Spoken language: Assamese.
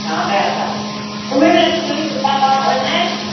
গাঁৱতে আছা তুমি বোলে ফুলি বেপাৰ কৰা হয়নে